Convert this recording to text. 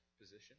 position